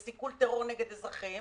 לסיכול טרור נגד אזרחים,